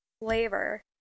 flavor